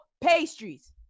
pastries